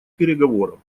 переговорам